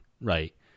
Right